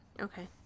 Okay